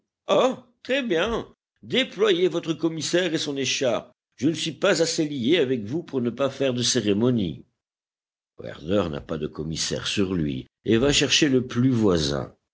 ah très-bien déployez votre commissaire et son écharpe je ne suis pas assez lié avec vous pour ne pas faire de cérémonie werther n'a pas de commissaire sur lui et va chercher le plus voisin